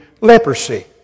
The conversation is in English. leprosy